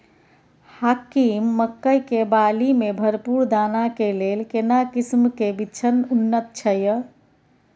हाकीम मकई के बाली में भरपूर दाना के लेल केना किस्म के बिछन उन्नत छैय?